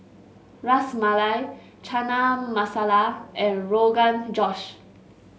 Ras Malai Chana Masala and Rogan Josh